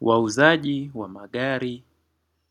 Wauzaji wa magari